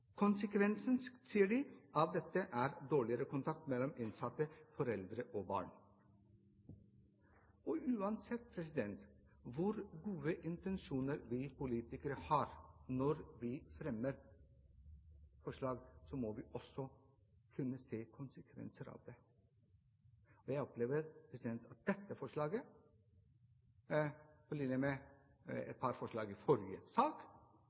dette er en dårligere kontakt mellom innsatte foreldre og barna.» Uansett hvor gode intensjoner vi politikere har – når vi fremmer forslag, må vi også kunne se konsekvensene av dem. Jeg opplever at man i forbindelse med dette forslaget, på linje med et par forslag i forrige sak,